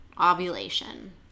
ovulation